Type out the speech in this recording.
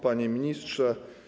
Panie Ministrze!